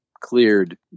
cleared